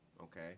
Okay